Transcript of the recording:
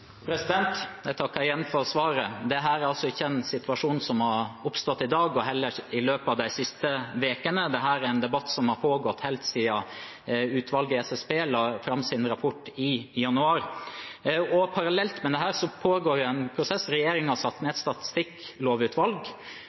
Jeg takker igjen for svaret. Dette er ikke en situasjon som har oppstått i dag og heller ikke i løpet av de siste ukene. Denne debatten har pågått helt siden utvalget i SSB la fram sin rapport i januar. Parallelt med dette pågår en prosess: Regjeringen har nedsatt et statistikklovutvalg,